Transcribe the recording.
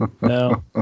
no